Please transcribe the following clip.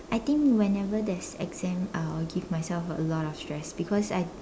I think whenever there is exam I will give myself a lot of stress because I